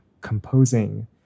composing